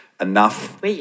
enough